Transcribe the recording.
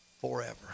forever